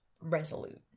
resolute